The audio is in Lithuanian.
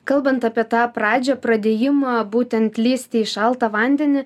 kalbant apie tą pradžią pradėjimą būtent lįsti į šaltą vandenį